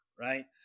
Right